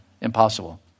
impossible